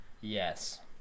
Yes